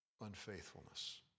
unfaithfulness